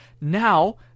Now